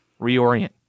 reorient